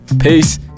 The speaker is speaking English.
Peace